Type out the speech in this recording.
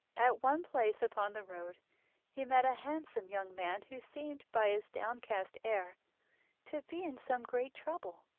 at one place upon the road he met a handsome young man who seemed by his downcast air to be in some great trouble.